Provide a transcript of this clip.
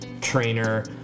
trainer